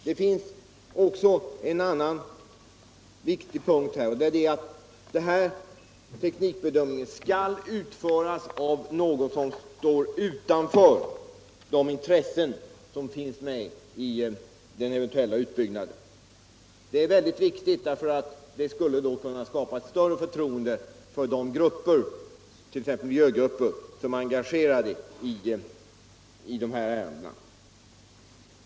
Det finns också en annan viktig sak här, nämligen att teknikbedömningen skall utföras av någon som står utanför de intressen som finns med i den eventuella utbyggnaden. Detta är viktigt, eftersom det skulle skapa större förtroende hos de grupper, t.ex. miljögrupper, som engagerar sig i de här ärendena.